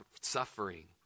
suffering